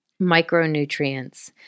micronutrients